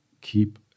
keep